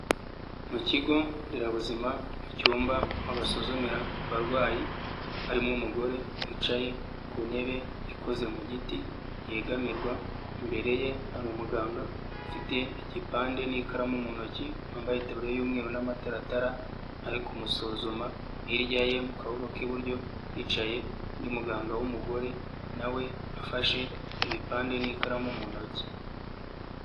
Mu ikigonderabuzima mu cyumba aho basuzumira abarwayi, harimo umugore wicaye ku ntebe ikoze mu giti yegamirwa, imbere ye hari umuganga ufite igipande n'ikaramu mu ntoki wambaye impeta y'umweru n'amataratara ari kumusuzuma. Hirya ye mu kaboko k'iburyo hicaye undi muganga w'umugore nawe afashe ibipande n'ikaramu mu ntoki.